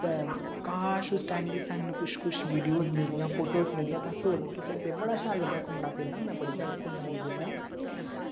ते काश उस टाइम दियां सानू कुछ कुछ वीडियोज मिलदियां फोटो मिलदियां तां अस होर दिक्खी सकदे सानू बड़ा शैल लगदा घूमना फिरना में बड़ी जगह घूमने ई गेदा ऐ